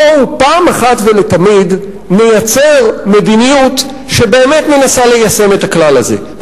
בואו אחת ולתמיד נייצר מדיניות שבאמת מנסה ליישם את הכלל הזה,